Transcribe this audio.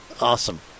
awesome